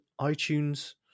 iTunes